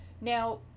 Now